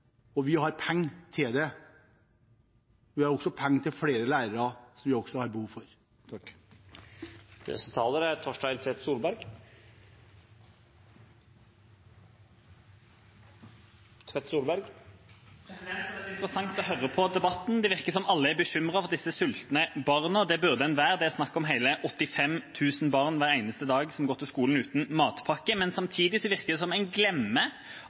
Vi har også penger til flere lærere, som vi også har behov for. Det har vært interessant å høre på debatten. Det virker som at alle er bekymret for disse sultne barna, og det burde en være. Det er snakk om hele 85 000 barn hver eneste dag som går på skolen uten matpakke. Samtidig virker det som om en